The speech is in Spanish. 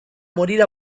morir